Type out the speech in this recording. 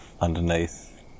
underneath